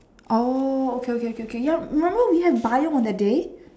oh okay okay okay ya remember we have Bio on that day